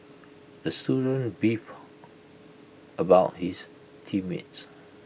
the student beefed about his team mates